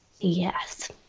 Yes